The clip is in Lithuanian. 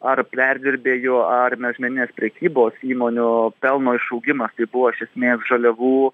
ar perdirbėjų ar mažmeninės prekybos įmonių pelno išaugimas į buvo iš esmės žaliavų